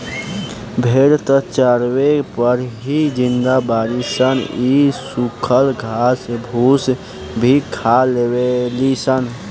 भेड़ त चारवे पर ही जिंदा बाड़ी सन इ सुखल घास फूस भी खा लेवे ली सन